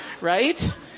right